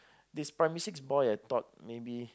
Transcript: this primary six boy I taught maybe